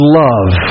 love